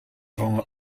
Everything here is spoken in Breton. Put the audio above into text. ran